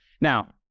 Now